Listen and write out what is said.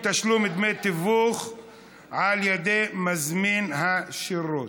תשלום דמי תיווך על ידי מזמין השירות),